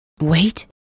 Wait